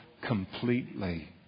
completely